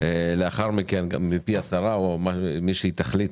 לאחר מכן מפי השרה או ממי שהיא תחליט